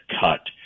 cut